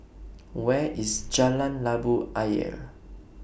Where IS Jalan Labu Ayer